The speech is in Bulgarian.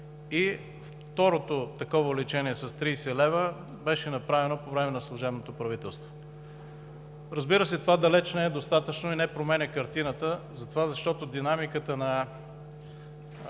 и второто такова увеличение с 30 лв. беше направено по време на служебното правителство. Разбира се, това далеч не е достатъчно и не променя картината, защото динамиката на